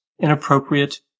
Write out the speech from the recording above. inappropriate